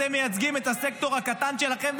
אתם מייצגים את הסקטור הקטן שלכם,